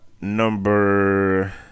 Number